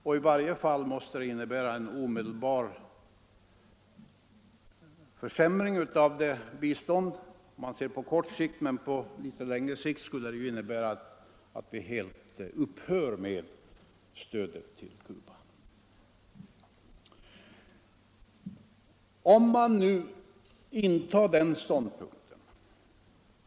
Reservationens förslag måste innebära en omedelbar försämring av biståndet på kort sikt och ett helt upphörande av stödet till Cuba på litet längre sikt.